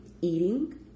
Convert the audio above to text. eating